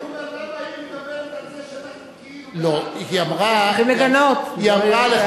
אז למה היא מדברת על זה שאנחנו כאילו בעד מה שקורה?